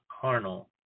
carnal